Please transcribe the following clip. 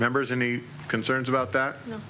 members any concerns about that